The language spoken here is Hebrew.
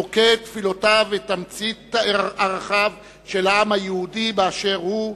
מוקד תפילותיו ותמצית ערכיו של העם היהודי באשר הוא,